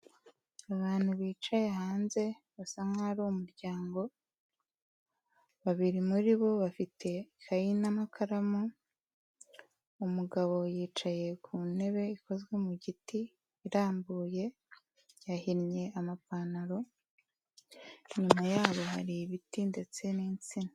Abantu bicaye hanze, basa nkaho ari umuryango, babiri muri bo bafite ikayi n'amakaramu, umugabo yicaye ku ntebe ikozwe mu giti, irambuye yahinnye amapantaro, inyuma yaho hari ibiti ndetse n'insina.